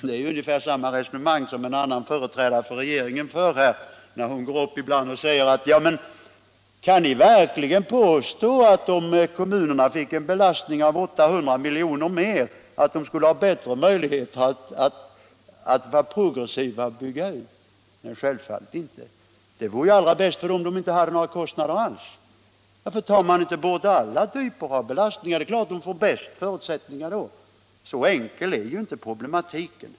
Det är ungefär samma resonemang som en annan företrädare för regeringen för, när hon frågar: Kan ni verkligen påstå att kommunerna genom en ökad belastning på 800 milj.kr. skulle få bättre möjligheter att vara progressiva och bygga ut? Nej, självfallet inte. Det vore allra bäst för kommunerna om de inte hade några kostnader alls. Varför tar man inte bort alla typer av belastningar? Givetvis skulle kommunerna då få de bästa förutsättningarna. Men så enkel är inte problematiken.